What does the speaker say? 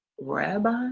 rabbi